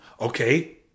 Okay